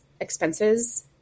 expenses